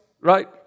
right